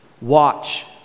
Watch